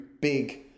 big